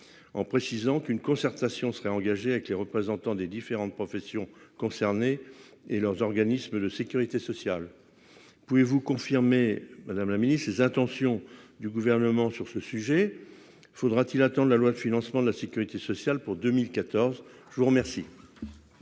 en précisant qu'une concertation serait engagée avec les représentants des différentes professions concernées et leurs organismes de sécurité sociale. Madame la ministre, pouvez-vous confirmer les intentions du Gouvernement à ce sujet ? Faudra-t-il attendre la loi de financement de la sécurité sociale pour 2024 ? La parole